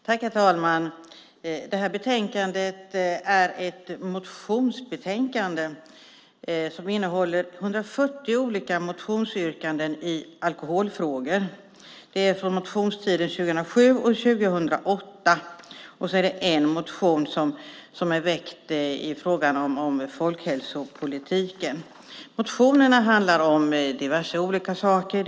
Herr talman! Det här betänkandet är ett motionsbetänkande som innehåller 140 olika motionsyrkanden i alkoholfrågor. Det är motioner från motionstiden 2007 och 2008, och sedan finns en motion som är väckt om folkhälsopolitiken. Motionerna handlar om diverse olika saker.